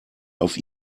auf